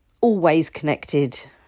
always-connected